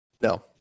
No